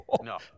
No